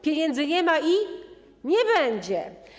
Pieniędzy nie ma i... nie będzie”